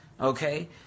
Okay